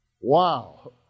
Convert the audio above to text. Wow